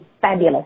fabulous